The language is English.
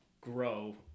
grow